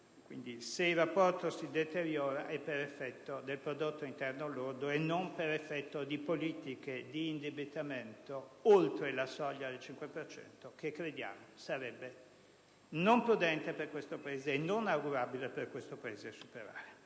Quindi, se il rapporto si deteriora è per effetto del prodotto interno lordo e non per effetto di politiche di indebitamento oltre la soglia del 5 per cento, che crediamo sarebbe non prudente e non augurabile per questo Paese superare.